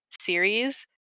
series